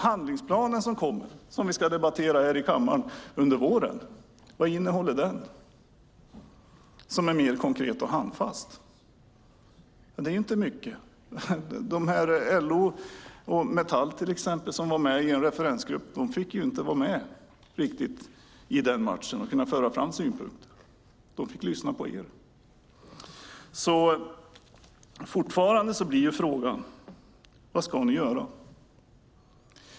Handlingsplanen som vi ska debattera i kammaren under våren, vad innehåller den som är mer konkret och handfast? Det är inte mycket. LO och Metall som var med i en referensgrupp fick knappt vara med i matchen och föra fram synpunkter; de fick lyssna på er. Frågan kvarstår: Vad ska ni göra?